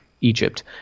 egypt